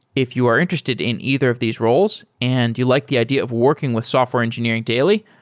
if you are interested in either of these roles and you like the idea of working with software engineering daily,